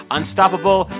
Unstoppable